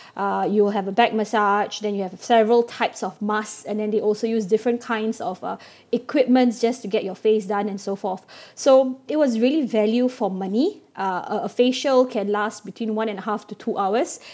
uh you will have a back massage then you have several types of mask and then they also use different kinds of uh equipment just to get your face done and so forth so it was really value for money uh a a facial can last between one and a half to two hours